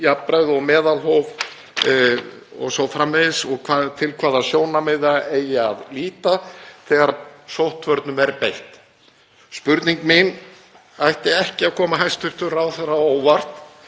jafnræði og meðalhófi o.s.frv. og til hvaða sjónarmiða eigi að líta þegar sóttvörnum er beitt. Spurning mín ætti ekki að koma hæstv. ráðherra á óvart